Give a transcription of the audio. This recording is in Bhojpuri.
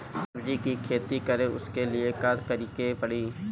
सब्जी की खेती करें उसके लिए का करिके पड़ी?